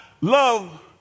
love